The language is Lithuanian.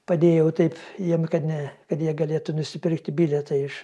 padėjau taip jiem kad ne kad jie galėtų nusipirkti bilietą iš